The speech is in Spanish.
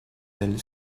del